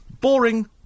Boring